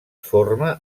forma